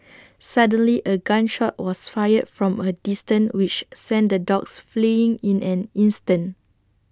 suddenly A gun shot was fired from A distance which sent the dogs fleeing in an instant